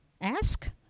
ask